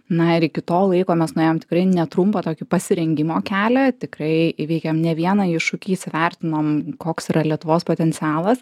na ir iki to laiko mes nuėjom tikrai netrumpą tokį pasirengimo kelią tikrai įveikėm ne vieną iššūkį įsivertinom koks yra lietuvos potencialas